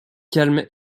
calme